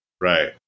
Right